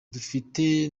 dufite